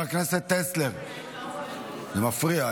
זה מפריע.